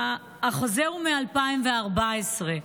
החוזה הוא מ-2014.